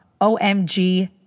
OMG